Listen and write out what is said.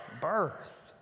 birth